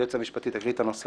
היועץ המשפטי, תקריא את הנוסח.